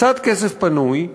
קצת כסף פנוי,